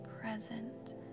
present